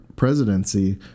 presidency